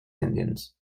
indians